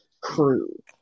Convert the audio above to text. crew